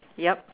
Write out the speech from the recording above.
yup